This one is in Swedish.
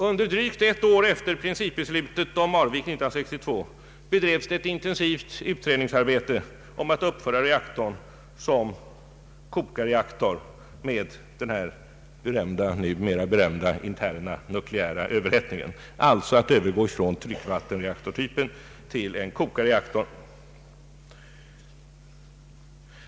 Under drygt ett år efter principbeslutet om Marviken 1962 bedrevs ett intensivt utredningsarbete om att uppföra reaktorn som kokarreaktor med den numera berömda interna nukleära. överhettningen, alltså att övergå från tryckvattenreaktortypen till en kokarreaktor.